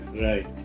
Right